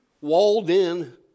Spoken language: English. walled-in